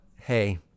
hey